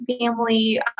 family